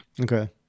Okay